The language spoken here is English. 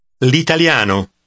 L'Italiano